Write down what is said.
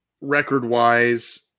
record-wise